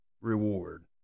reward